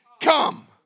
come